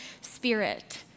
spirit